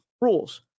rules